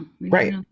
right